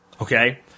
Okay